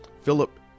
Philip